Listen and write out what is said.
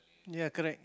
ya correct